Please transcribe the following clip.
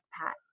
Pat